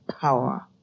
power